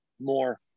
more